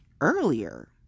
earlier